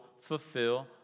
fulfill